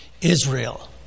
Israel